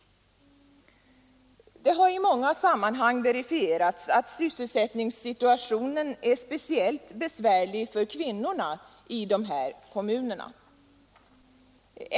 Det har i många sammanhang verifierats att sysselsättningssituationen är speciellt besvärlig för kvinnorna i de här kommunerna.